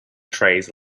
trays